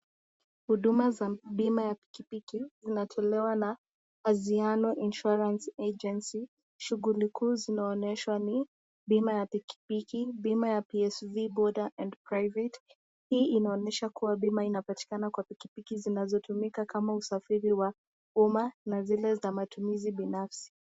Huduma za bima ya pikipiki inatolewa na Anziano Insurance Agency shughuli kuu zinaonyeshwa ni: bima ya pikipiki, bima ya PSV Boad and Private. Hii inaonyesha kuwa bima inapatikana kwa pikipiki zinazotumika kama usafiri wa umma na zile za matumizi binafsi.